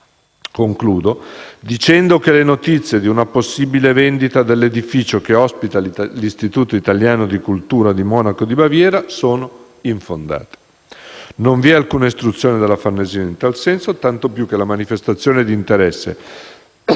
Concludo dicendo che la notizia di una possibile vendita dell'edificio che ospita l'Istituto italiano di cultura di Monaco di Baviera è infondata. Non vi è alcuna istruzione della Farnesina in tal senso, tanto più che la manifestazione di interesse